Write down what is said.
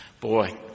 Boy